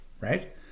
Right